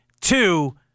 Two